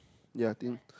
yea I think